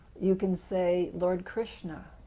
you can say lord krishna,